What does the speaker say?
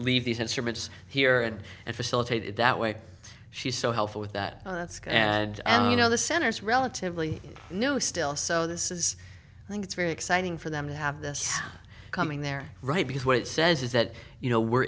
leave these instruments here and and facilitate it that way she's so helpful with that and you know the center's relatively new still so this is i think it's very exciting for them to have this coming their right because what it says is that you know we're